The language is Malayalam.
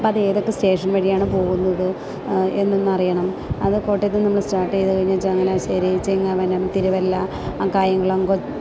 അപ്പോള് അത് ഏതൊക്കെ സ്റ്റേഷൻ വഴിയാണ് പോകുന്നത് എന്നൊന്നറിയണം അത് കോട്ടയത്ത് നിന്ന് നമ്മള് സ്റ്റാർട്ട് ചെയ്തുകഴിഞ്ഞാല് ചങ്ങനാശ്ശേരി ചിങ്ങവനം തിരുവല്ല കായംകുളം